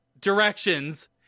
directions